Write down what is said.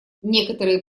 некоторые